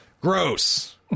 Gross